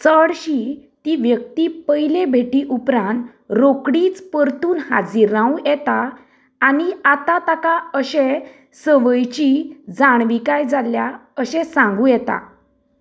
चडशीं ती व्यक्ती पयले भेटी उपरांत रोखडीच परतून हाजीर रावूं येता आनी आतां ताका अशे संवयची जाणविकाय जाल्या अशें सांगूं येता